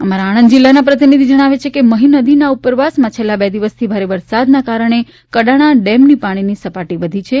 અમારા આણંદ જિલ્લાના પ્રતિનિધિ જણાવે છે કે મહી નદીના ઉપરવાસમાં છેલ્લાં બે દિવસથી ભારે વરસાદને કારણે કડાણા ડેમની પાણીની સપાટી વધી છે